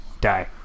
die